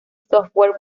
software